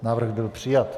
Návrh byl přijat.